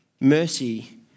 Mercy